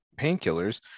painkillers